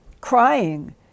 crying